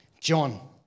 John